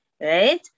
right